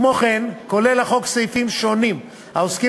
כמו כן כולל החוק סעיפים שונים העוסקים